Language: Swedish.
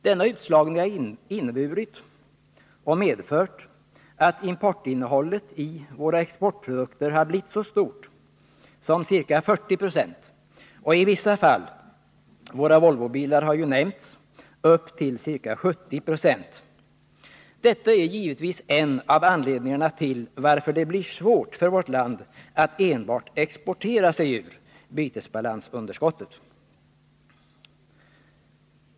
Denna utslagning har medfört att importinnehållet i våra exportprodukter har blivit så stort som ca 40 92 och i vissa fall — våra Volvobilar har nämnts — upp till ca 70 96. Det är givetvis en av anledningarna till att det blir svårt för vårt land att enbart exportera sig ur bytesbalansunderskottet.